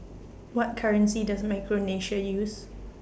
What currency Does Micronesia use